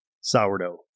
Sourdough